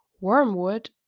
Wormwood